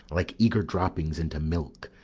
like eager droppings into milk,